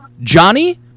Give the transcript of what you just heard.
Johnny